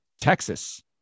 Texas